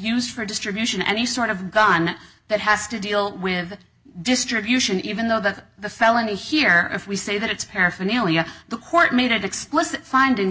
used for distribution any sort of gun that has to deal with distribution even though the felony here if we say that it's paraphernalia the court made it explicit finding that